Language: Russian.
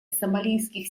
сомалийских